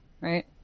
right